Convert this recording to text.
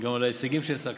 וגם על ההישגים שהשגתם.